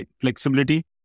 flexibility